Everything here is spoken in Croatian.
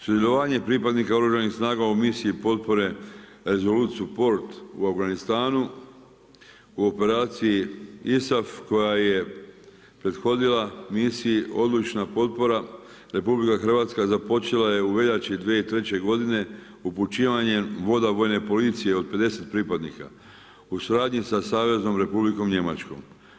Sudjelovanje pripadnika Oružanih snaga u misiji potpore „Resolute Support“ u Afganistanu u operaciji ISAF koja je prethodila misiji odlučna potpora RH započela je u veljači 2003. godine upućivanje voda Vojne policije od 50 pripadnika u suradnji sa Saveznom Republikom Njemačkom.